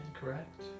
correct